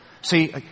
See